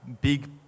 big